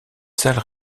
salle